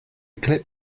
clip